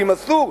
ואם אסור,